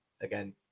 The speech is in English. again